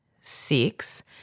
six